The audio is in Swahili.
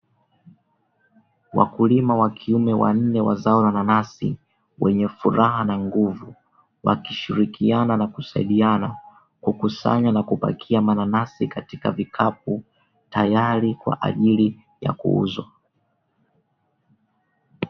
Wakulima wa kiume wanne wa zao la nanasi, wenye furaha na nguvu wakishirikiana na kusaidiana, kukusanya na kupakia mananasi katika vikapu, tayari kwa ajili ya kuuzwa.